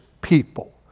people